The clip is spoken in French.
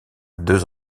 deux